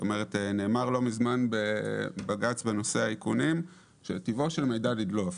נאמר לא מזמן בבג"ץ בנושא האיכונים שטיבו של מידע לדלוף.